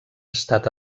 estat